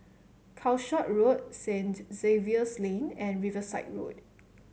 Calshot Road Saint Xavier's Lane and Riverside Road